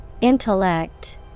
Intellect